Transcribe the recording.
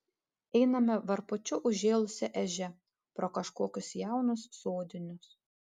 einame varpučiu užžėlusia ežia pro kažkokius jaunus sodinius